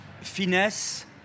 finesse